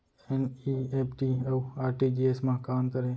NEFT अऊ RTGS मा का अंतर हे?